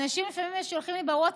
אנשים לפעמים שולחים לי בווטסאפ,